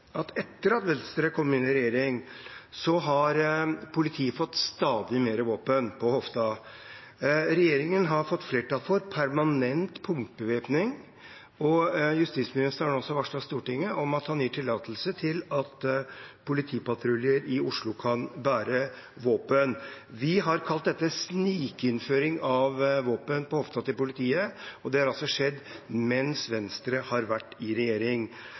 at etter at Venstre kom inn i regjering, har politiet fått stadig mer våpen på hoften. Regjeringen har fått flertall for permanent punktbevæpning, og justisministeren har også varslet Stortinget om at han gir tillatelse til at politipatruljer i Oslo kan bære våpen. Vi har kalt dette for snikinnføring av våpen på hoften til politiet, og det har altså skjedd mens Venstre har vært i regjering.